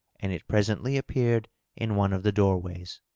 and it presently appeared in one of the door ways.